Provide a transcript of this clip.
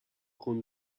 con